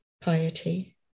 piety